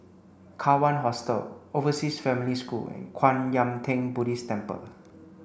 Kawan Hostel Overseas Family School and Kwan Yam Theng Buddhist Temple